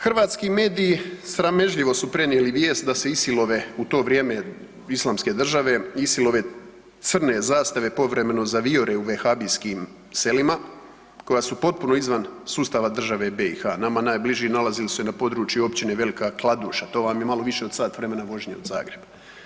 Hrvatski mediji sramežljivo su prenijeli vijest da se ISIL-ove, u to vrijeme, Islamske države, ISIL-ove crne zastave povremeno zavijore u vehabijskim selima koja su potpuno izvan sustava države BiH, nama najbliži nalazili su se na području općine Velika Kladuša, to vam je malo više od sat vremena vožnje od Zagreba.